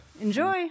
Enjoy